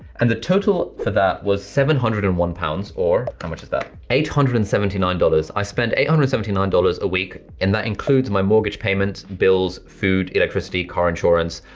and the total for that was seven hundred and one pounds or, how much is that, eight hundred and seventy nine dollars, i spend eight hundred and seventy nine dollars a week and that includes my mortgage payment, bills, food, electricity, car insurance,